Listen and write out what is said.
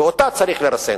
ואותה צריך לרסן.